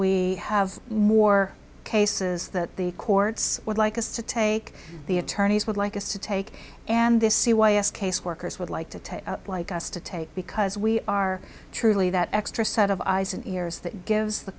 we have more cases that the courts would like us to take the attorneys would like us to take and this c y s caseworkers would like to take up like us to take because we are truly that extra set of eyes and ears that gives the